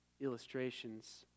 illustrations